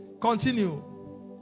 Continue